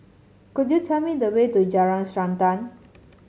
could you tell me the way to Jalan Srantan